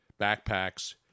backpacks